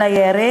אלא ירי,